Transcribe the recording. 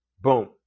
boom